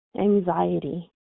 anxiety